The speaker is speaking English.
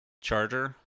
charger